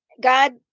God